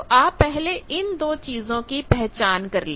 तो आप पहले इन दो चीजों को पहचान कर ले